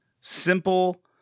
Simple